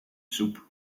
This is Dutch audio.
soep